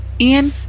Ian